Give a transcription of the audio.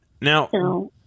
Now